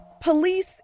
Police